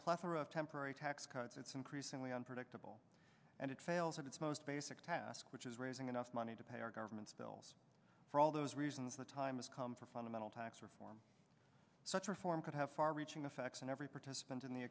of temporary tax cuts it's increasingly unpredictable and it fails at its most basic task which is raising enough money to pay our government's bills for all those reasons the time has come for fundamental tax reform such reform could have far reaching effects on every participant in the